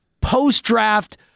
post-draft